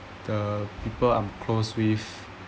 the people I'm close with